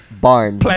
barn